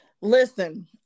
Listen